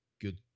good